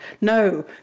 no